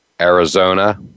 Arizona